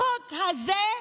החוק הזה,